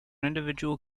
individual